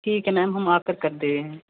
ठीक है मैम हम आकर कर दे रहे हैं